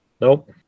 Nope